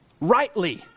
rightly